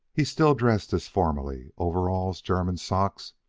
he still dressed as formerly overalls, german socks,